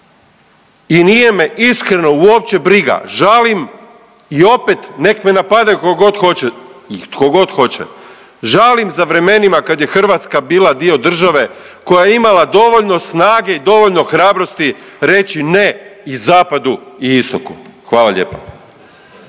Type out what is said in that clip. i nije me iskreno uopće briga, žalim i opet nek me napadaju koliko god hoće i tko god hoće, žalim za vremenima kad je Hrvatska bila dio države koja je imala dovoljno snage i dovoljno hrabrosti reći ne i zapadu i istoku, hvala lijepa.